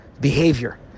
behavior